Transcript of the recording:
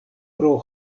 pro